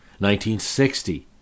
1960